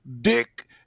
dick